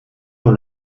dans